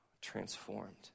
transformed